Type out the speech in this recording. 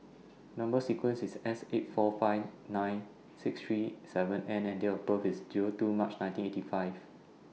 Number sequence IS S eight four five nine six three seven N and Date of birth IS Zero two March nineteen eighty five